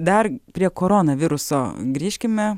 dar prie koronaviruso grįžkime